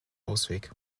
ausweg